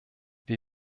wie